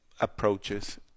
approaches